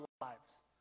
lives